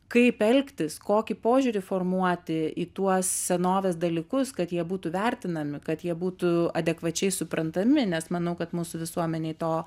kaip elgtis kokį požiūrį formuoti į tuos senovės dalykus kad jie būtų vertinami kad jie būtų adekvačiai suprantami nes manau kad mūsų visuomenėj to